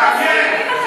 עונה.